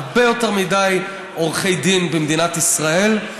הרבה יותר מדי של עורכי דין במדינת ישראל,